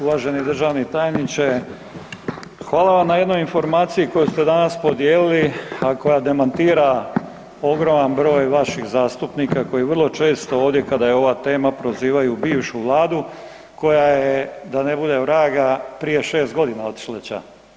Uvaženi državni tajniče, hvala vam na jednoj informaciji koju ste danas podijelili a koja demantira ogroman broj vaših zastupnika koji vrlo često ovdje kada je ova tema. prozivaju bivšu Vladu koja je da ne bude vraga, prije 6 g. otišla ća.